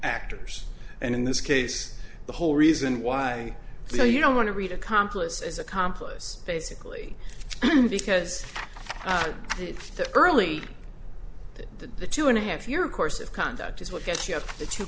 actors and in this case the whole reason why you know you don't want to read accomplice as accomplice basically because it's the early that the two and a half year course of conduct is what gets you have the two